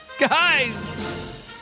Guys